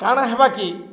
କାଣା ହେବାକି